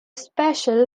special